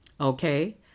Okay